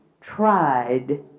tried